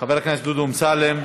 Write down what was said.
חבר הכנסת דודו אמסלם.